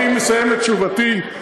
אני מסיים את תשובתי.